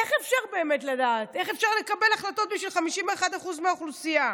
איך אפשר לקבל החלטות בשביל 51% מהאוכלוסייה?